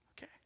okay